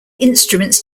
instruments